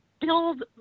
build